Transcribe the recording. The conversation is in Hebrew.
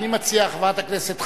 אני מציע, חברת הכנסת חנין,